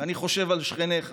אני חושב על שכניך